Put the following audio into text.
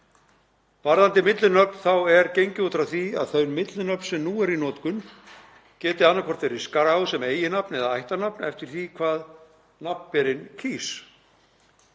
Varðandi millinöfn er gengið út frá því að þau millinöfn sem nú eru í notkun geti annaðhvort verið skráð sem eiginnafn eða ættarnafn eftir því hvað nafnberinn kýs.